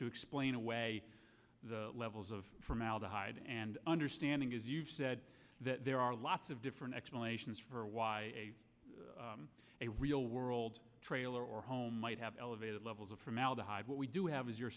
to explain away the levels of formaldehyde and understanding as you've said that there are lots of different explanations for why a real world trailer or home might have elevated levels of formaldehyde what we do have is your